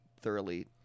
thoroughly